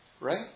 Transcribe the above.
Right